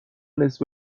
نصف